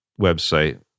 website